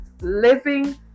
Living